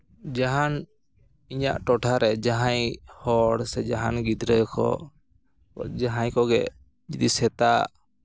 ᱡᱟᱦᱟᱱ ᱤᱧᱟᱹᱜ ᱴᱚᱴᱷᱟᱨᱮ ᱡᱟᱦᱟᱸᱭ ᱦᱚᱲ ᱥᱮ ᱡᱟᱦᱟᱱ ᱜᱤᱫᱽᱨᱟᱹ ᱠᱚ ᱡᱟᱦᱟᱸᱭ ᱠᱚᱜᱮ ᱡᱩᱫᱤ ᱥᱮᱛᱟ